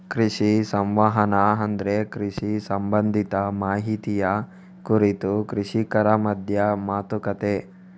ಕೃಷಿ ಸಂವಹನ ಅಂದ್ರೆ ಕೃಷಿ ಸಂಬಂಧಿತ ಮಾಹಿತಿಯ ಕುರಿತು ಕೃಷಿಕರ ಮಧ್ಯ ಮಾತುಕತೆ